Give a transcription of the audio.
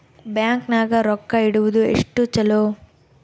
Bank ನಾಗ ರೊಕ್ಕ ಇಡುವುದು ಎಷ್ಟು ಚಲೋ?